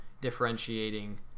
differentiating